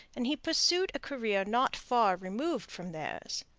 and he pursued a career not far removed from theirs.